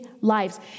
lives